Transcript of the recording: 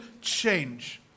change